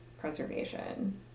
preservation